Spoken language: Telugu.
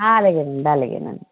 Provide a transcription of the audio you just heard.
అలాగేనండి అలాగేనండి